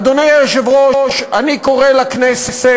אדוני היושב-ראש, אני קורא לכנסת